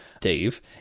Dave